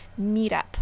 Meetup